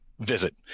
visit